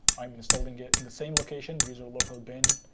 i'm installing it in the same location, user local bin,